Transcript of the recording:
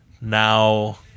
now